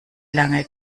lange